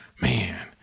man